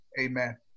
Amen